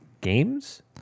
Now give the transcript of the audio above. games